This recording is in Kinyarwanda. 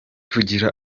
kugira